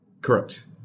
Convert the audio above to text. Correct